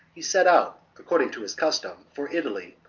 he set out, according to his custom, for italy,